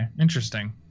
Interesting